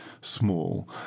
small